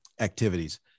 activities